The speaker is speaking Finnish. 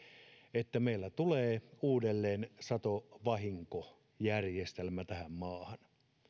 että meillä tulee uudelleen satovahinkojärjestelmä tähän maahan